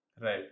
Right